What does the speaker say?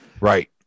right